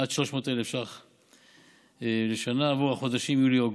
עד 300,000 שקלים לשנה, עבור החודשים יולי-אוגוסט.